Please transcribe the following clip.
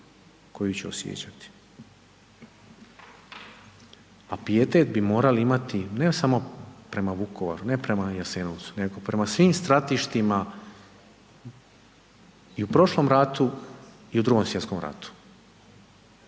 koju ću osjećati, a pijetet bi morali imati ne samo prema Vukovaru, ne prema Jasenovcu, nego prema svim stratištima i u prošlom ratu i u Drugom svjetskom ratu.